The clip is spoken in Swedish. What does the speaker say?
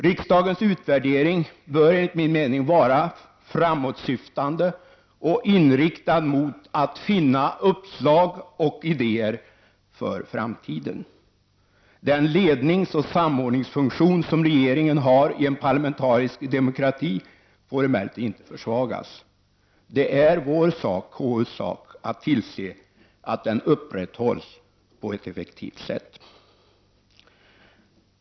Riksdagens utvärdering bör enligt min mening vara framåtsyftande och inriktad mot att finna uppslag och idéer för framtiden. Den ledningsoch samordningsfunktion som regeringen har i en parlamentarisk demokrati får emellertid inte försvagas. Det är KUs sak att tillse att den upprätthålls på ett effektivt sätt.